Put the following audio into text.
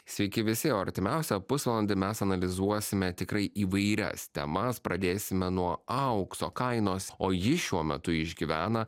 sveiki visi o artimiausią pusvalandį mes analizuosime tikrai įvairias temas pradėsime nuo aukso kainos o ji šiuo metu išgyvena